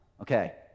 Okay